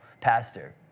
pastor